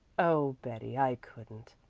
oh, betty, i couldn't.